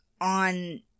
on